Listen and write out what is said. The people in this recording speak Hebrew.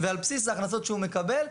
ועל בסיס ההכנסות שהוא מקבל,